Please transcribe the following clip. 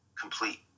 complete